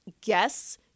guess